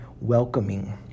welcoming